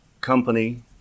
company